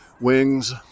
wings